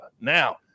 Now